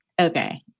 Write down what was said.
Okay